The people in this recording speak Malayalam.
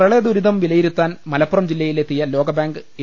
പ്രളയ ദുരിതം വിലയിരുത്താൻ മലപ്പുറം ജില്ലയിലെത്തിയ ലോകബാങ്ക് എ